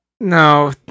No